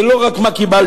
זה לא רק מה קיבלתם.